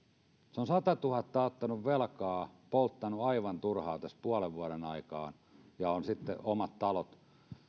se on satatuhatta ottanut velkaa ja polttanut aivan turhaan tässä puolen vuoden aikana ja on sitten omat talot